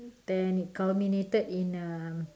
then it culminated in uh